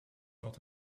not